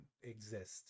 exist